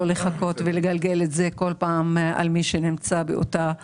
לחכות ולגלגל את זה כל פעם על מי שנמצא באותה ממשלה.